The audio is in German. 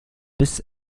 bis